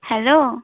hello